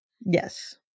Yes